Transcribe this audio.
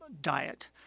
diet